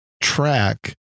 track